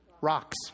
rocks